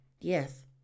Yes